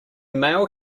male